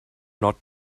not